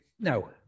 no